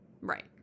Right